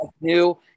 New